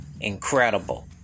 incredible